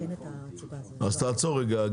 אז תעצור רגע,